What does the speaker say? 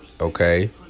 Okay